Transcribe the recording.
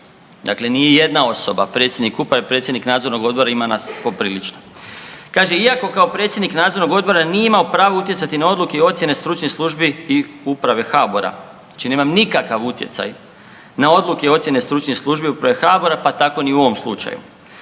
Dakle, nije jedna osoba predsjednik uprave, predsjednik nadzornog odbora, ima nas poprilično. Kaže, iako kao predsjednik nadzornog odbora nije imao pravo utjecati na odluke i ocjene stručnih službi i uprave HABOR-a. Znači ja nemam nikakav utjecaj na odluke i ocjene stručnih službi uprave HABOR-a, pa tako ni u ovom slučaju.